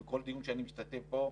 בכל דיון שאני משתתף בו,